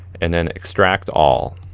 and then extract all.